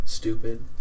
Stupid